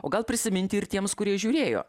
o gal prisiminti ir tiems kurie žiūrėjo